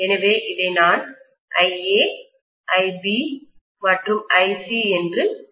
எனவே இதை நான் IAIB மற்றும் IC என்று காட்டலாம்